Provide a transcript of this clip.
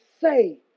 say